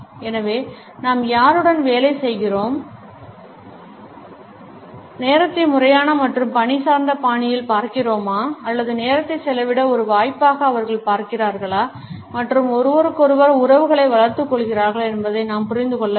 எனவே நாம் யாருடன் வேலை செய்கிறோமோ நேரத்தை முறையான மற்றும் பணி சார்ந்த பாணியில் பார்க்கிறோமா அல்லது நேரத்தை செலவிட ஒரு வாய்ப்பாக அவர்கள் பார்க்கிறார்களா மற்றும் ஒருவருக்கொருவர் உறவுகளை வளர்த்துக் கொள்கிறார்களா என்பதை நாம் புரிந்து கொள்ள வேண்டும்